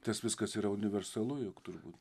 tas viskas yra universalu juk turbūt